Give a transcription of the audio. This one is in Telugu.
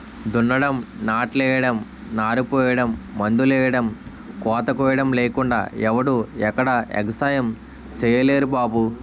దున్నడం, నాట్లెయ్యడం, నారుపొయ్యడం, మందులెయ్యడం, కోతకొయ్యడం లేకుండా ఎవడూ ఎక్కడా ఎగసాయం సెయ్యలేరు బాబూ